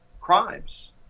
crimes